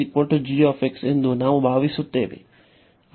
ಈ ಎಂದು ನಾವು ಭಾವಿಸುತ್ತೇವೆ